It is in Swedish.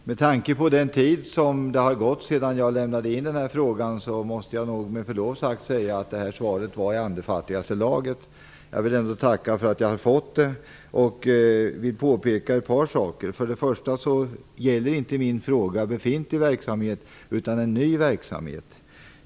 Fru talman! Med tanke på den tid som har gått sedan jag lämnade in frågan måste jag med förlov sagt säga att det här svaret var i andefattigaste laget. Jag vill ändå tacka för att jag har fått det. Jag vill påpeka ett par saker. Min fråga gäller inte befintlig verksamhet utan en ny verksamhet.